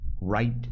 right